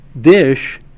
dish